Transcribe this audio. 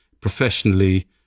Professionally